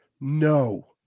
no